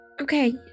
Okay